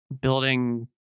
building